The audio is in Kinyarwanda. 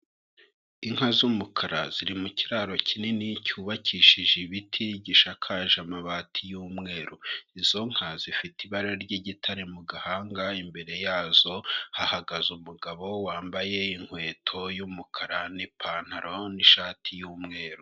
Inka z'umukara ziri mu kiraro kinini cyubakishije ibiti gishakaje amabati y'umweru, izo nka zifite ibara ry'igitare mu gahanga, imbere yazo hahagaze umugabo wambaye inkweto y'umukara n'ipantaro n'ishati y'umweru.